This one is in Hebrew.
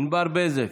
ענבר בזק,